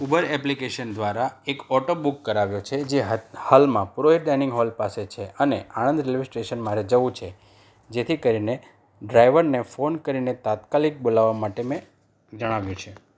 Uber application દ્વારા એક auto book કરાવ્યો છે જે હાલમાં હોલ પાસે છે અને આણંદ રેલ્વે સ્ટેશન માટે જવું છે જેથી કરીને ડ્રાઇવરને ફોન કરીને તાત્કાલિક બોલાવવા માટે મેં જણાવ્યું છે